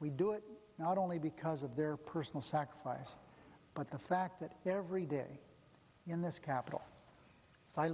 we do it not only because of their personal sacrifice but the fact that every day in this capital i